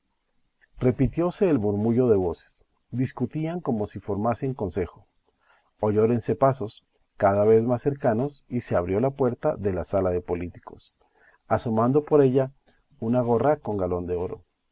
médico repitiose el murmullo de voces discutían como si formasen consejo oyéronse pasos cada vez más cercanos y se abrió la puerta de la sala de políticos asomando por ella una gorra con galón de oro